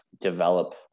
develop